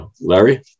Larry